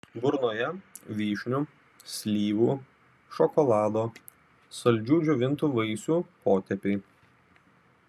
burnoje vyšnių slyvų šokolado saldžių džiovintų vaisių potėpiai